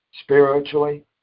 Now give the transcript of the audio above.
Spiritually